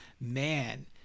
man